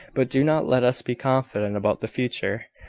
but do not let us be confident about the future.